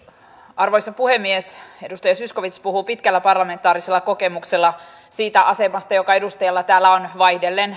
arvoisa puhemies edustaja zyskowicz puhui pitkällä parlamentaarisella kokemuksella siitä asemasta joka edustajalla täällä on vaihdellen